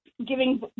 giving